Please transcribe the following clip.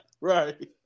Right